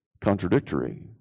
contradictory